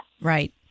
Right